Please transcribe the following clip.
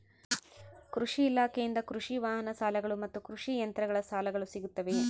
ಕೃಷಿ ಇಲಾಖೆಯಿಂದ ಕೃಷಿ ವಾಹನ ಸಾಲಗಳು ಮತ್ತು ಕೃಷಿ ಯಂತ್ರಗಳ ಸಾಲಗಳು ಸಿಗುತ್ತವೆಯೆ?